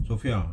sophia